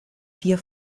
vier